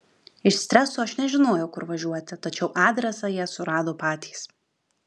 iš streso aš nežinojau kur važiuoti tačiau adresą jie surado patys